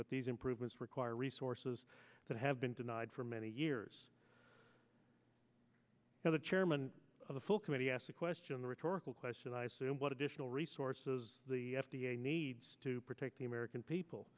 but these improvements require resources that have been denied for many years now the chairman of the full committee asked a question the rhetorical question i assume what additional resources the f d a needs to protect the american